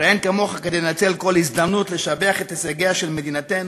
הרי אין כמוך בניצול כל הזדמנות לשבח את הישגיה של מדינתנו